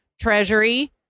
treasury